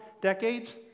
decades